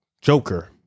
Joker